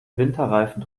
winterreifen